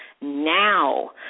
now